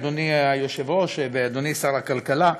אדוני היושב-ראש ואדוני שר הכלכלה,